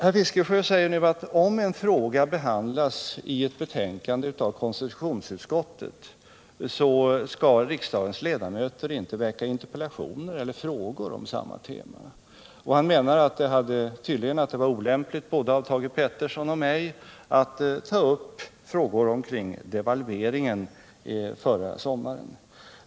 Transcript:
Herr Fiskesjö säger nu att om en fråga behandlas i ett betänkande från konstitutionsutskottet, så skall riksdagens ledamöter inte väcka interpellationer eller frågor med samma tema. Han menade att det tydligen var olämpligt av både Thage Peterson och mig att ta upp frågor kring devalveringen förra sommaren.